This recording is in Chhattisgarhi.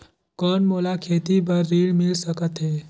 कौन मोला खेती बर ऋण मिल सकत है?